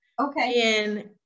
Okay